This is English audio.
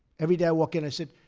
every day, i walked in, i said,